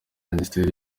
minisitiri